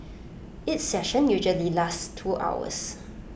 each session usually lasts two hours